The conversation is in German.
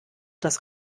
das